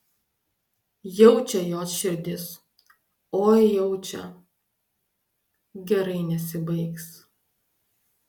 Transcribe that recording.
jaučia jos širdis oi jaučia gerai nesibaigs